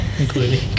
Including